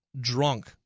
drunk